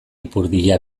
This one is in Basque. ipurdia